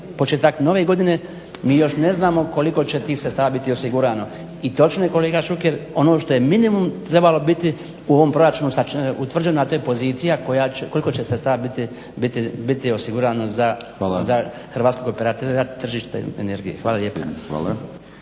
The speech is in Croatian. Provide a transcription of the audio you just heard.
početak Nove godine mi još ne znamo koliko će ti sredstava biti osigurano. I točno je kolega Šuker, ono što je minimum trebalo biti u ovom proračunu, sad će, utvrđena je ta pozicija koliko će sredstava biti osigurano za Hrvatskog operatera tržište energije. **Batinić,